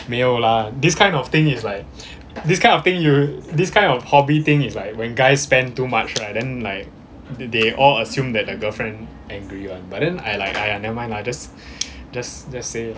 没有 lah this kind of thing is like this kind of thing you this kind of hobby thing it's like when guys spend too much right then like they all assume that the girlfriend angry [one] but then I like !aiya! never mind lah just just just say